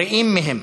בריאים מהם.